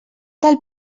del